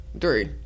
three